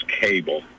cable